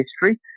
history